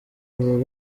abo